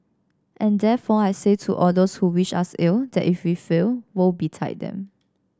and therefore I say to all those who wish us ill that if we fail woe betide them